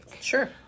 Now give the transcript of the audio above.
Sure